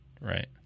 Right